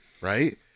right